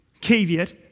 Caveat